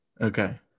Okay